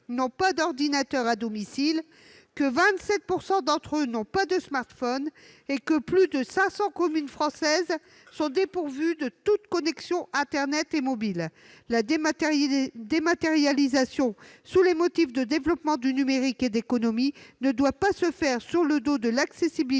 n'ont pas d'ordinateur à leur domicile, que 27 % d'entre eux n'ont pas de smartphone et que plus de 500 communes françaises sont dépourvues de toute connexion internet et mobile. La dématérialisation engagée aux motifs de développer le numérique et de faire des économies ne doit pas se faire sur le dos de l'accessibilité